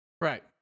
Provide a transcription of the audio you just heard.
Right